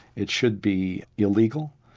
it should be illegal,